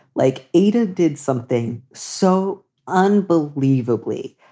like ada did something so unbelievably